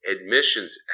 Admissions